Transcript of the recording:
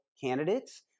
candidates